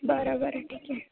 बरं बरं ठीक आहे